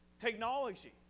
technology